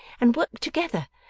and work together,